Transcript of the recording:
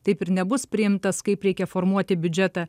taip ir nebus priimtas kaip reikia formuoti biudžetą